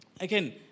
again